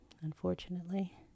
unfortunately